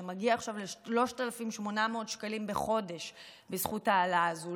וזה מגיע עכשיו ל-3,800 שקלים בחודש בזכות ההעלאה הזאת,